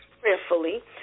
prayerfully